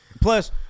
Plus